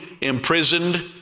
imprisoned